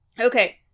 Okay